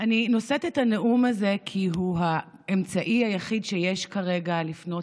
אני נושאת את הנאום הזה כי הוא האמצעי היחיד שיש כרגע לפנות אל,